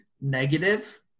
negative